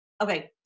Okay